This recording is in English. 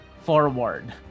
forward